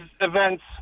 events